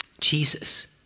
Jesus